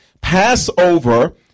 Passover